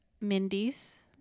Mindy's